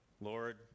Lord